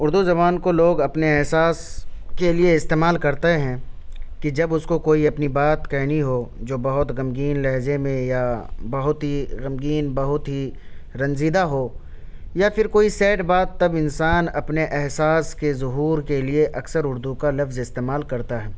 اُردو زبان کو لوگ اپنے احساس کے لیے استعمال کرتے ہیں کہ جب اُس کو کوئی اپنی بات کہنی ہو جو بہت غمگین لہجہ میں یا بہت ہی غمگین بہت ہی رنجیدہ ہو یا پھر کوئی سیڈ بات تب انسان اپنے احساس کے ظہور کے لیے اکثر اُردو کا لفظ استعمال کرتا ہے